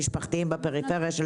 מדובר במשרדים משפחתיים בפריפריה,